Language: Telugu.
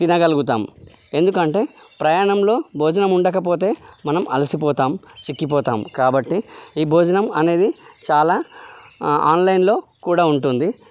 తినగలుగుతాము ఎందుకంటే ప్రయాణంలో భోజనం ఉండకపోతే మనం అలసిపోతాం చిక్కిపోతాం కాబట్టి ఈ భోజనం అనేది చాలా ఆన్లైన్లో కూడా ఉంటుంది